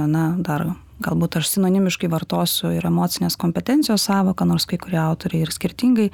na dar galbūt aš sinonimiškai vartosiu ir emocinės kompetencijos sąvoka nors kai kurie autoriai ir skirtingai